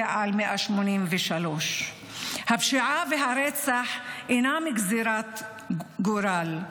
על 183. הפשיעה והרצח אינם גזרת גורל,